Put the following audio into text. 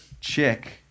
chick